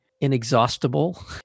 inexhaustible